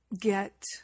get